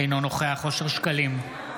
אינו נוכח אושר שקלים,